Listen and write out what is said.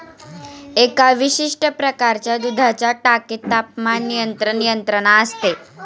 एका विशिष्ट प्रकारच्या दुधाच्या टाकीत तापमान नियंत्रण यंत्रणा असते